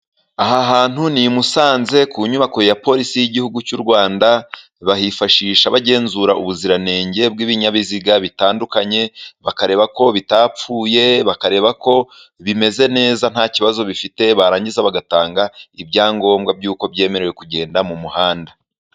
Aha hantu ni i Musanze ku nyubako ya polisi y'igihugu cy'u Rwanda. Bahifashisha bagenzura ubuziranenge bw'ibinyabiziga bitandukanye, bakareba ko bitapfuye, bakareba ko bimeze neza nta kibazo bifite, barangiza bagatanga ibyangombwa by'uko byemerewe kugenda mu muhanda.